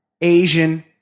Asian